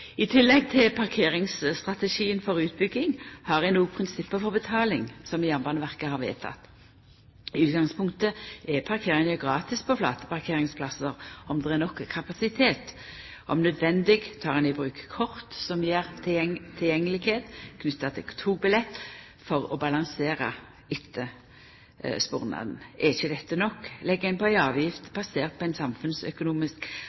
I tillegg til parkeringsstrategien for utbygging har ein òg prinsippa for betaling som Jernbaneverket har vedteke. I utgangspunktet er parkeringa gratis på flateparkeringsplassar, om det er nok kapasitet. Om nødvendig tek ein i bruk kort som gjev tilgjengelegheit, knytte til togbillett, for å balansera etterspurnaden. Er ikkje dette nok, legg ein på ei avgift